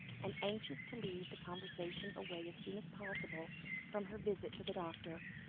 and anxious to lead the conversation away as soon as possible from her visit to the doctor.